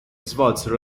svolsero